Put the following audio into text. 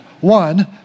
One